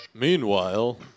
Meanwhile